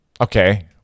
okay